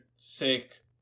sick